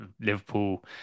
Liverpool